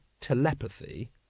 telepathy